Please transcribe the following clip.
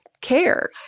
Care